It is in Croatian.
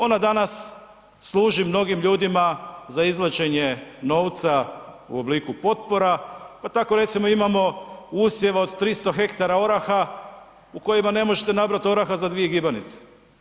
Ona danas služi mnogim ljudima za izvlačenje novca u obliku potpora, pa tako recimo imamo usjeva od 300 hektara oraha u kojima ne možete nabrati oraha za dvije gibanice.